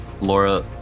Laura